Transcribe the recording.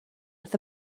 wrth